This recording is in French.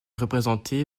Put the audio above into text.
représenté